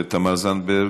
תמר זנדברג,